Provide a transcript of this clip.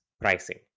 pricing